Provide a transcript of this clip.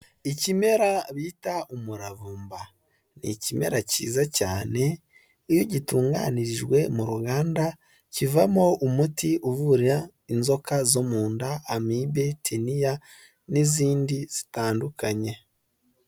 Ikimera bita umuravumba ni ikimera cyiza cyane iyo gitunganirijwe mu ruganda kivamo umuti uvura inzoka zo mu nda amibe, tiniya n'izindi zitandukanye.